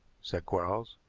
said quarles.